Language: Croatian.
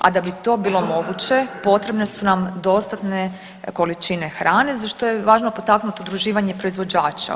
A da bi to bilo moguće potrebne su nam dostatne količine hrane za što je važno potaknuti udruživanje proizvođača.